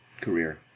career